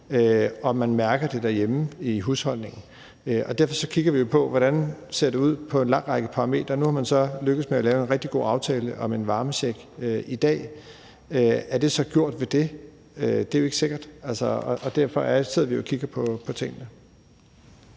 har man mærket det derhjemme i husholdningerne. Derfor kigger vi jo på, hvordan det ser ud på en lang række parametre. Nu er man så lykkedes med at lave en rigtig god aftale om en varmecheck i dag. Er det så gjort med det? Det er jo ikke sikkert, og derfor sidder vi og kigger på tingene.